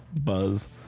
buzz